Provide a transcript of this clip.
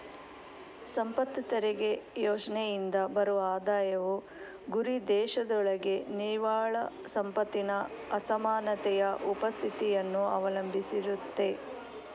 ಸಂಪತ್ತು ತೆರಿಗೆ ಯೋಜ್ನೆಯಿಂದ ಬರುವ ಆದಾಯವು ಗುರಿದೇಶದೊಳಗೆ ನಿವ್ವಳ ಸಂಪತ್ತಿನ ಅಸಮಾನತೆಯ ಉಪಸ್ಥಿತಿಯನ್ನ ಅವಲಂಬಿಸಿರುತ್ತೆ